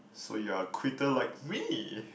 so you're a quitter like me